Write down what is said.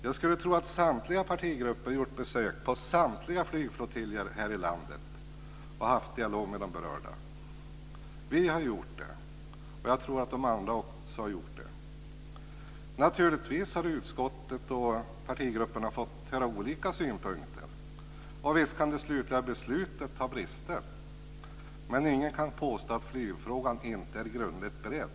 Jag skulle tro att samtliga partigrupper gjort besök på samtliga flygflottiljer i landet och haft dialog med de berörda. Vi har gjort det och jag tror att de andra också har gjort det. Naturligtvis har utskottet och partigrupperna fått höra olika synpunkter, och visst kan det slutliga beslutet ha brister. Men ingen kan påstå att flygfrågan inte är grundligt beredd.